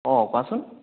অ' কোৱাচোন